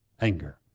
anger